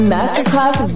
Masterclass